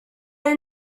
are